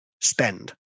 spend